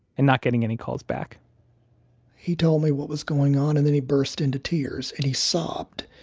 and not getting any calls back he told me what was going on. and then he burst into tears, and he sobbed.